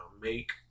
make